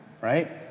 right